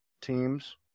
teams